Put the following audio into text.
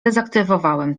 dezaktywowałem